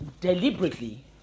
deliberately